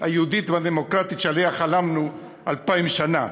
והדמוקרטית שעליה חלמנו אלפיים שנה,